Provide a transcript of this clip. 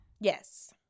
Yes